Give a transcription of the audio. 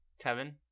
Kevin